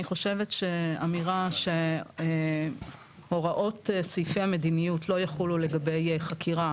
אני חושבת שאמירה שהוראות סעיפי המדיניות לא יחולו לגבי חקירה,